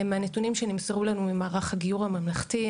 מהנתונים שנמסרו לנו ממערך הגיור הממלכתי,